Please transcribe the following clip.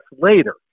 later